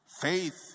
Faith